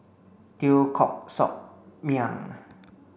Teo Koh Sock Miang